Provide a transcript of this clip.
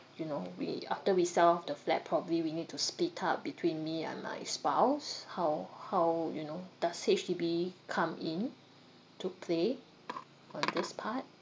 you know we after we sell off the flat probably we need to split up between me and my spouse how how you know does H_D_B come into play on this part